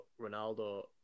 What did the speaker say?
Ronaldo